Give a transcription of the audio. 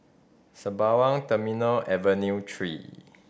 Sembawang Terminal Avenue Three